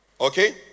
okay